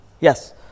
Yes